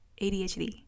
ADHD